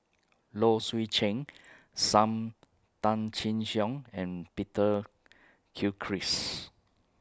Low Swee Chen SAM Tan Chin Siong and Peter Gilchrist